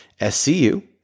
SCU